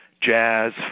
jazz